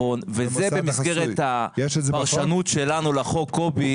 במסגרת הפרשנות שלנו לחוק, קובי